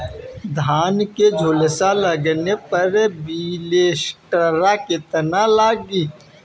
धान के झुलसा लगले पर विलेस्टरा कितना लागी?